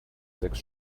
sechs